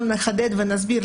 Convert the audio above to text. גם נחדד ונסביר,